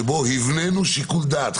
שבו הבנינו שיקול דעת,